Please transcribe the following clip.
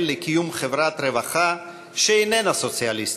לקיום חברת רווחה שאיננה סוציאליסטית.